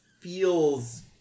feels